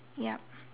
yup